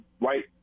right